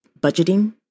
budgeting